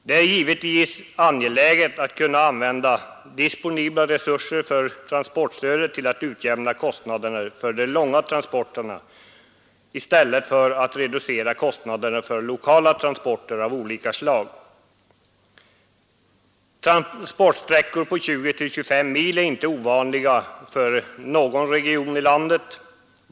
Det är givetvis angeläget att kunna använda disponibla resurser för transportstödet till att utjämna kostnaderna för de långa transporterna i stället för att reducera kostnaderna för lokala transporter av olika slag. Transportsträckor på 20—25 mil är inte ovanliga för någon region i landet.